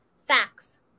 Facts